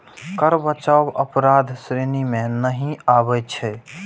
कर बचाव अपराधक श्रेणी मे नहि आबै छै